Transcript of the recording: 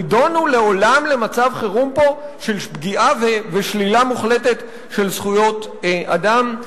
נידונו פה לעולם למצב חירום של פגיעה ושלילה מוחלטת של זכויות אדם?